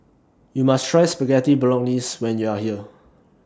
YOU must Try Spaghetti Bolognese when YOU Are here